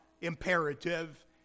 imperative